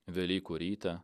velykų rytą